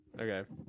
Okay